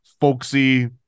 folksy